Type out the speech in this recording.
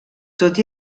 tot